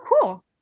cool